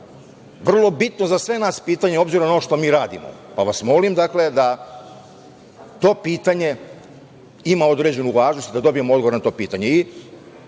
je bitno za sve nas ovo pitanje, s obzirom na ono što radimo, pa vas molim da to pitanje ima određenu važnost i da dobijem odgovor na to pitanje. Zadnje